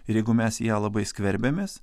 ir jeigu mes į ją labai skverbiamės